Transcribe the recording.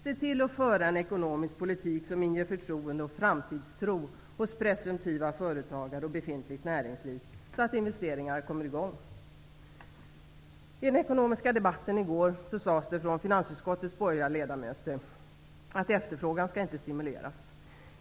Se till att föra en ekonomisk politik som inger förtroende och framtidstro hos presumtiva företagare och befintligt näringsliv, så att investeringarna kommer i gång. I den ekonomiska debatten i går sades från finansutskottets borgerliga ledamöter att efterfrågan inte skall stimuleras.